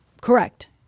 correct